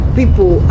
people